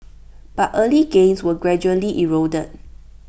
but early gains were gradually eroded